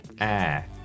air